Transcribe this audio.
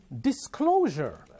disclosure